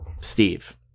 Steve